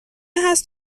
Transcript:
هست